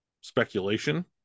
speculation